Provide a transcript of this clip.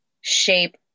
shape